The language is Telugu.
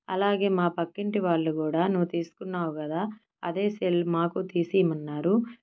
అలాగే మా పక్కింటి వాళ్ళు కూడా నువ్వు తీసుకున్నావు కదా అదే సెల్ మాకు తీసీమన్నారు